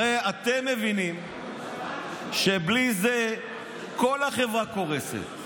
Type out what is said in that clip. הרי אתם מבינים שבלי זה כל החברה קורסת,